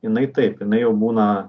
jinai taip jinai jau būna